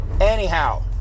Anyhow